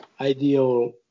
ideal